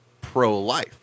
pro-life